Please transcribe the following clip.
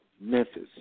Memphis